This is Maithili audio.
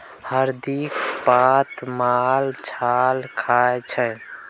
हरदिक पात माल जाल खाइ छै